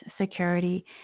security